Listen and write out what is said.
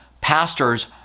pastors